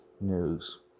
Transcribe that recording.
News